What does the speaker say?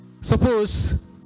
Suppose